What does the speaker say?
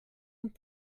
een